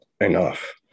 enough